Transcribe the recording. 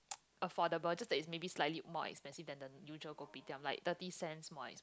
affordable just that is maybe slightly more expensive than the usual kopitiam like thirty cents more